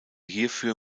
hierfür